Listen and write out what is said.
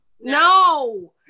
No